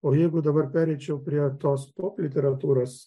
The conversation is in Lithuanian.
o jeigu dabar pereičiau prie tos pop literatūros